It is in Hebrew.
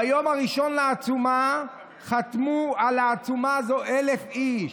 ביום הראשון לעצומה חתמו על העצומה הזו 1,000 איש,